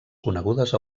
conegudes